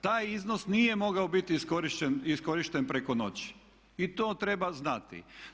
Taj iznos nije mogao biti iskorišten preko noći i to treba znati.